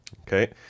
okay